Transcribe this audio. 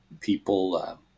people